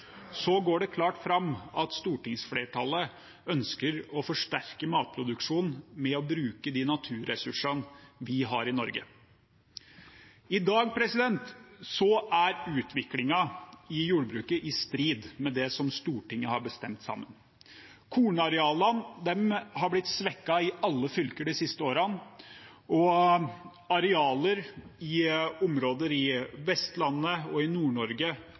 går det klart fram at stortingsflertallet ønsker å forsterke matproduksjonen ved å bruke de naturressursene vi har i Norge. I dag er utviklingen i jordbruket i strid med det som Stortinget har bestemt sammen. Kornarealene er blitt svekket i alle fylker de siste årene, og arealer i områder på Vestlandet og i